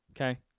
Okay